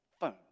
phone